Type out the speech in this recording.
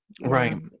Right